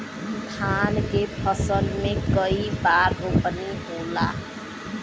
धान के फसल मे कई बार रोपनी होला?